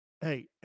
hey